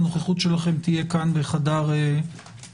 שהנוכחות שלכם תהיה כאן בחדר הוועדה,